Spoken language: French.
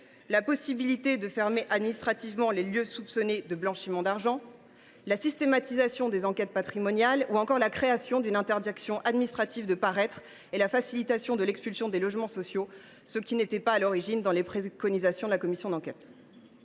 la possibilité de fermer administrativement les lieux soupçonnés de blanchiment d’argent, la systématisation des enquêtes patrimoniales ou encore la création d’une interdiction administrative de paraître et la facilitation de l’expulsion des logements sociaux. Ces dernières mesures ne figuraient pas dans les préconisations de la commission d’enquête.